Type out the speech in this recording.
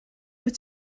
wyt